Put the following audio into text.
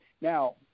Now